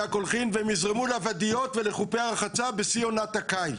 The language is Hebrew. הקולחין והם יזרמו לוודיות ולחופי הרחצה בשיא עונת הקיץ.